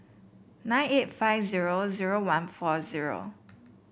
nine eight five zero zero one four zero